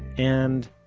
and,